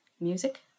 Music